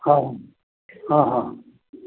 हां हां हां